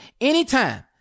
anytime